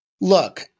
Look